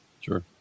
sure